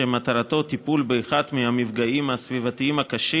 שמטרתו טיפול באחד המפגעים הסביבתיים הקשים